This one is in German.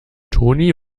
toni